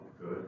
good